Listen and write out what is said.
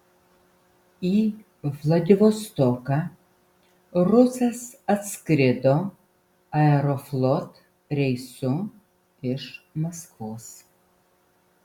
į vladivostoką rusas atskrido aeroflot reisu iš maskvos